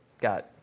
got